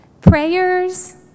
Prayers